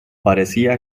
parecía